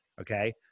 okay